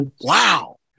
Wow